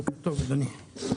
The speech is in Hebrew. בוקר טוב, אדוני.